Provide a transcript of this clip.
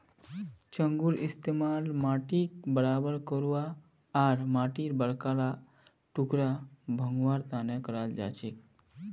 चंघूर इस्तमाल माटीक बराबर करवा आर माटीर बड़का ला टुकड़ा भंगवार तने कराल जाछेक